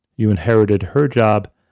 you inherited her job,